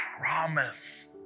promise